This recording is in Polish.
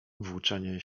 włóczenie